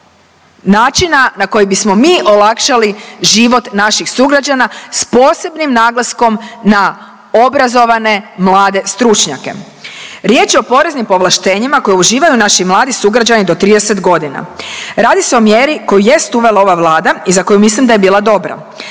načina na koji bismo mi olakšali život naših sugrađana s posebnim naglaskom na obrazovane mlade stručnjake. Riječ je o poreznim povlaštenjima koje uživaju naši mladi sugrađani do 30 godina. Radi se o mjeri koju jest uvela ova Vlada i za koju mislim da je bila dobra.